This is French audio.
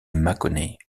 mâconnais